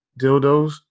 dildos